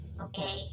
Okay